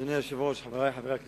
אדוני היושב-ראש, חברי חברי הכנסת,